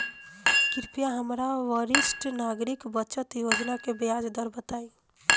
कृपया हमरा वरिष्ठ नागरिक बचत योजना के ब्याज दर बताई